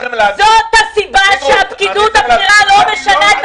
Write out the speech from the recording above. הסיבה שהפקידות הבכירה לא משנה את